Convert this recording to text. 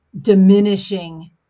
diminishing